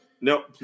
Nope